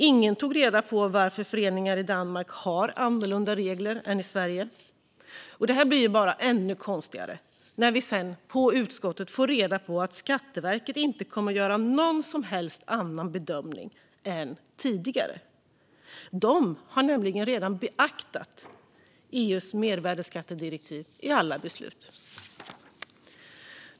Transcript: Ingen tog reda på varför Danmark har annorlunda regler för föreningar än Sverige. Det här blir bara ännu konstigare när vi sedan i utskottet får reda på att Skatteverket inte kommer att göra någon som helst annan bedömning än tidigare. De har nämligen redan beaktat EU:s mervärdesskattedirektiv i alla beslut.